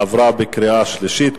עברה בקריאה שלישית,